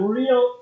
real